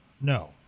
No